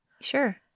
Sure